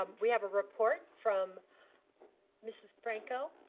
ah we have a report from mrs. franco